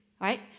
right